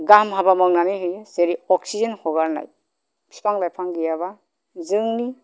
गाहाम हाबा मावनानै होयो जेरै अक्सिजेन हगारनाय बिफां लाइफां गैयाबा जोंनि